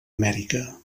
amèrica